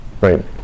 right